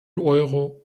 euro